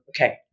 okay